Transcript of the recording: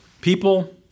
people